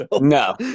No